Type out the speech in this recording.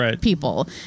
people